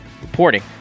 reporting